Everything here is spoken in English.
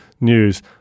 news